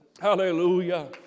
hallelujah